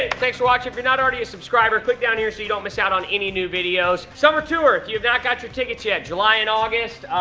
thanks for watching. if you're not already a subscriber, click down here so you don't miss out on any new videos. summer tour. if you've not got your tickets yet, july and august,